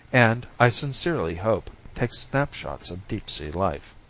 and, i sincerely hope, take snapshots of deep sea life.